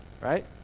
right